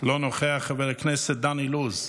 אינו נוכח, חבר הכנסת דן אילוז,